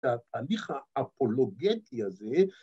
‫את התהליך האפולוגטי הזה.